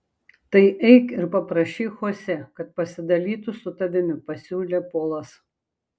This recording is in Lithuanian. tai eik ir paprašyk chosė kad pasidalytų su tavimi pasiūlė polas